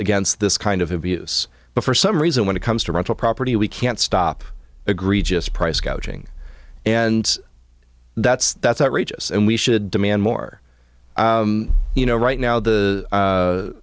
against this kind of abuse but for some reason when it comes to rental property we can't stop agree just price gouging and that's that's outrageous and we should demand more you know right now the